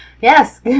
Yes